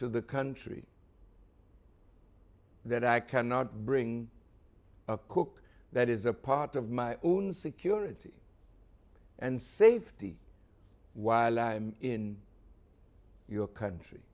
to the country that i cannot bring a cook that is a part of my own security and safety while i'm in your country